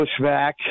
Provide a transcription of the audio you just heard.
pushback